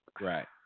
Right